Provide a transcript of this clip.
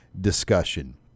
discussion